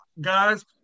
guys